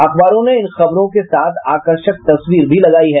अखबारों ने इन खबरों के साथ आकर्षक तस्वीर भी लगायी हैं